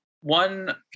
One